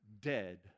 dead